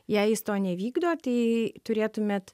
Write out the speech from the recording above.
jei jis to nevykdo tai turėtumėt